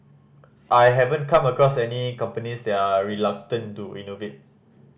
I haven't come across any companies they are reluctant to innovate